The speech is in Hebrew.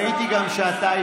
ראיתי גם שאתה,